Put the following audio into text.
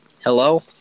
Hello